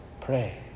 pray